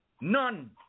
None